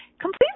completely